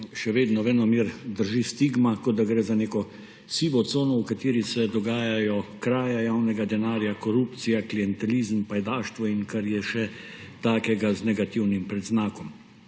še venomer drži stigma, kot da gre za neko sivo cono, v kateri se dogajajo kraja javnega denarja, korupcija, klientelizem, pajdaštvo in kar je še takega z negativnim predznakom,